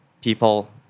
people